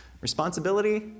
responsibility